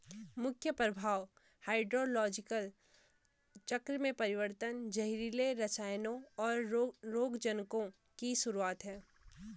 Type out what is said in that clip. मुख्य प्रभाव हाइड्रोलॉजिकल चक्र में परिवर्तन, जहरीले रसायनों, और रोगजनकों की शुरूआत हैं